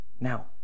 Now